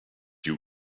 you